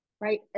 right